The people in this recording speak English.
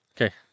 Okay